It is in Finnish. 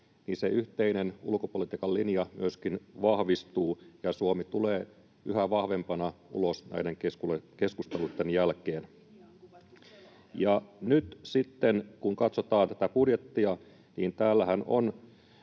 niin se yhteinen ulkopolitiikan linja myöskin vahvistuu ja Suomi tulee yhä vahvempana ulos näiden keskusteluitten jälkeen. [Sofia Vikman: Linja on kuvattu selonteossa!]